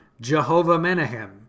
Jehovah-Menahem